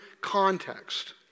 context